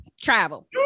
travel